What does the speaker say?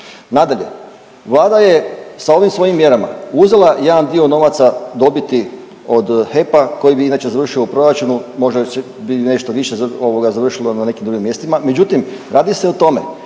Nadalje, vlada je sa ovim svojim mjerama uzela jedan dio novaca dobiti od HEP-a koji bi inače završio u proračunu, možda će bit nešto više ovoga završilo na nekim drugim mjestima, međutim radi se o tome